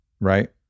right